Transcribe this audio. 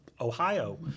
Ohio